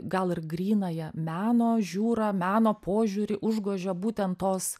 gal ir grynąją meno žiūrą meno požiūrį užgožia būtent tos